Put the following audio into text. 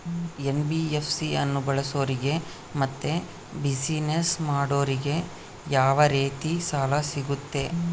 NBFC ಅನ್ನು ಬಳಸೋರಿಗೆ ಮತ್ತೆ ಬಿಸಿನೆಸ್ ಮಾಡೋರಿಗೆ ಯಾವ ರೇತಿ ಸಾಲ ಸಿಗುತ್ತೆ?